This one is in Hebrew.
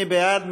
מי בעד?